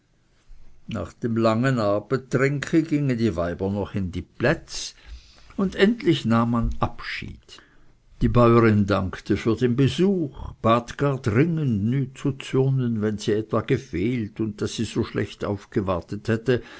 nach dem lange z'abetrinke gingen die weiber noch in die plätze und endlich nahm man abschied die bäurin dankte für den besuch bat gar dringend nüt zu zürnen wenn sie etwa gefehlt und daß sie so schlecht aufgewartet hätte